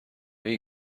you